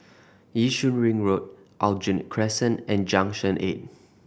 Yishun Ring Road Aljunied Crescent and Junction Eight